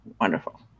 wonderful